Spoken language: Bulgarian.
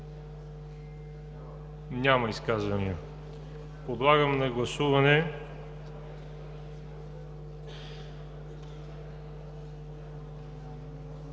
Няма изказвания. Подлагам на гласуване